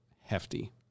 hefty